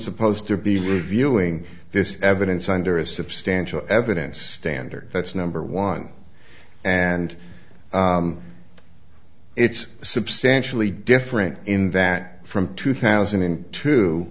supposed to be reviewing this evidence under a substantial evidence standard that's number one and it's substantially different in that from two thousand and two